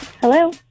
Hello